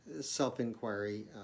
self-inquiry